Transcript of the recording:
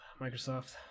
Microsoft